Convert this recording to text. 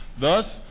Thus